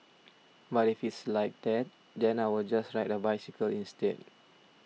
but if it's like that then I will just ride a bicycle instead